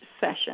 session